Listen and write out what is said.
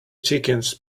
chickens